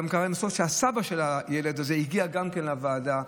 גם קרה שהסבא של הילד הגיע לוועדה.